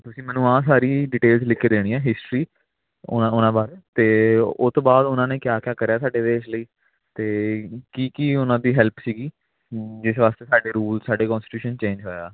ਤੁਸੀਂ ਮੈਨੂੰ ਆਹ ਸਾਰੀ ਡਿਟੇਲਸ ਲਿਖ ਕੇ ਦੇਣੀ ਹੈ ਹਿਸਟਰੀ ਉਹਨਾਂ ਉਹਨਾਂ ਬਾਰੇ ਅਤੇ ਉਸ ਤੋਂ ਬਾਅਦ ਉਹਨਾਂ ਨੇ ਕਿਆ ਕਿਆ ਕਰਿਆ ਸਾਡੇ ਦੇਸ਼ ਲਈ ਅਤੇ ਕੀ ਕੀ ਉਹਨਾਂ ਦੀ ਹੈਲਪ ਸੀਗੀ ਜਿਸ ਵਾਸਤੇ ਸਾਡੇ ਰੂਲਸ ਸਾਡੇ ਕੋਨਸਟੀਟਿਊਸ਼ਨ ਚੇਂਜ ਹੋਇਆ